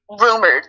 rumored